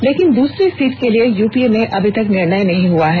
लेकिन दूसरे सीट के लिए यूपीए में अभी तक निर्णय नहीं हुआ है